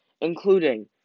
including